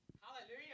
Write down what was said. Hallelujah